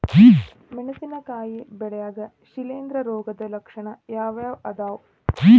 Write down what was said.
ಮೆಣಸಿನಕಾಯಿ ಬೆಳ್ಯಾಗ್ ಶಿಲೇಂಧ್ರ ರೋಗದ ಲಕ್ಷಣ ಯಾವ್ಯಾವ್ ಅದಾವ್?